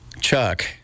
Chuck